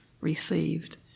received